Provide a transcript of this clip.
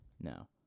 No